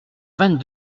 vingt